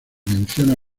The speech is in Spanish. menciona